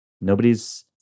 nobody's